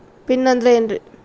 Pin ಅಂದ್ರೆ ಏನ್ರಿ?